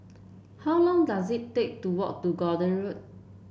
how long dose it take to walk to Gordon Road